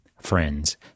friends